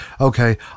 okay